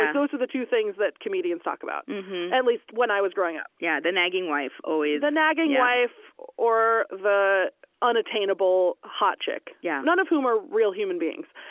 and those are the two things that comedians talk about at least when i was growing up yeah, the nagging wife, always the nagging wife or the unattainable hot chick, yeah none of whom are real human beings.